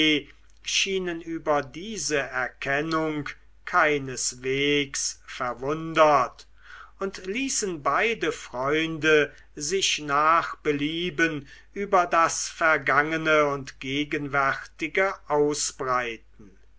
schienen über diese erkennung keinesweges verwundert und ließen beide freunde sich nach belieben über das vergangene und gegenwärtige ausbreiten